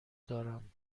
دارم